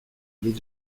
les